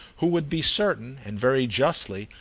who would be certain, and very justly,